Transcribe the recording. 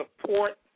support